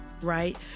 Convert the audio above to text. right